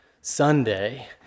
Sunday